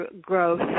growth